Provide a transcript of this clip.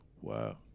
Wow